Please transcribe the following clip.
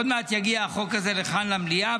עוד מעט יגיע החוק הזה לכאן למליאה,